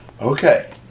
Okay